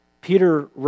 Peter